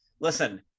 Listen